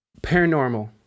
paranormal